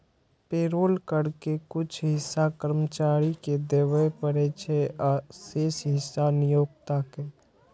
payroll कर के कुछ हिस्सा कर्मचारी कें देबय पड़ै छै, आ शेष हिस्सा नियोक्ता कें